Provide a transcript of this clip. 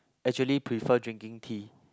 actually prefer drinking tea